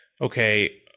okay